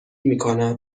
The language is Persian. میکند